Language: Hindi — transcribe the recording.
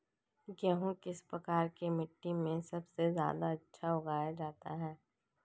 गेहूँ किस प्रकार की मिट्टी में सबसे अच्छा उगाया जाता है?